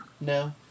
No